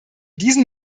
diesen